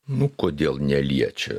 nu kodėl neliečia